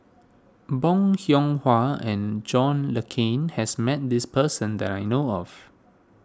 Bong Hiong Hwa and John Le Cain has met this person that I know of